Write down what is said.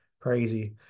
Crazy